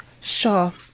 Sure